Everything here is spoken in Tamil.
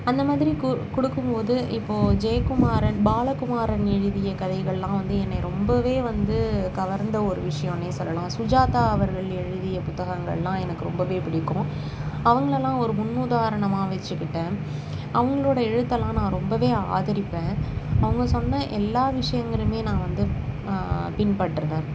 அந்த மாதிரி கு கொடுக்கும் போது இப்போது ஜெயகுமாரன் பாலகுமாரன் எழுதிய கதைகள்லாம் வந்து என்னையை ரொம்பவே வந்து கவர்ந்த ஒரு விஷயோன்னே சொல்லலாம் சுஜாதா அவர்கள் எழுதிய புத்தகங்கள்லாம் எனக்கு ரொம்பவே பிடிக்கும் அவங்களெல்லாம் ஒரு முன் உதாரணமாக வச்சுக்கிட்டேன் அவங்களோட எழுத்தெல்லாம் நான் ரொம்பவே ஆதரிப்பேன் அவங்க சொன்ன எல்லா விஷயங்களுமே நான் வந்து பின்பற்றுவேன்